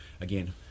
again